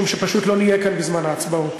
משום שפשוט לא נהיה כאן בזמן ההצבעות.